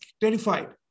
terrified